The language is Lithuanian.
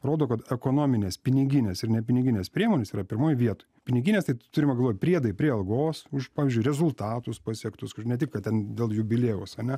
rodo kad ekonominės piniginės ir nepiniginės priemonės yra pirmoj vietoj piniginės tai turima galvoj priedai prie algos už pavyzdžiui rezultatus pasiektus kur ne tik kad ten dėl jubiliejaus ane